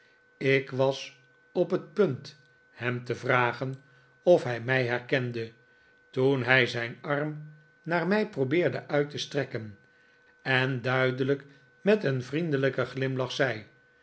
ik was op het punt hem te vragen of hij mij herkende toen hij zijn arm naar mij probeerde uit te strekken en duidelijk met een vriendelijken glimlach zei